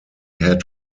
had